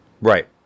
Right